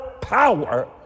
power